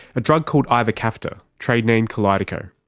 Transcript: a drug called ivacaftor, trade name kalydeco.